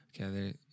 Okay